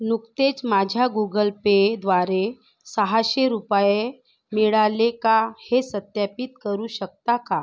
नुकतेच माझ्या गुगल पेद्वारे सहाशे रुपये मिळाले का हे सत्यापित करू शकता का